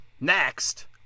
next